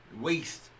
waste